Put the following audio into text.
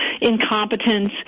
incompetence